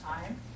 time